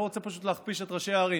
פשוט לא רוצה להכפיש את ראשי הערים,